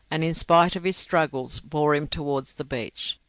and in spite of his struggles bore him towards the beach.